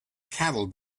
cattle